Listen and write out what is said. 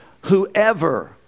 Whoever